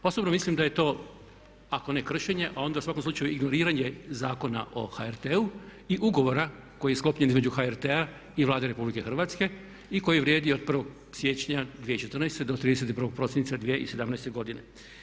Osobno mislim da je to ako ne kršenje onda u svakom slučaju ignoriranje Zakona o HRT-u i ugovora koji je sklopljen između HRT-a i Vlade RH i koji vrijedi od 1. siječnja 2014. do 31. prosinca 2017. godine.